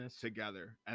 together